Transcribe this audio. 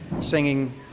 singing